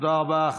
תודה רבה.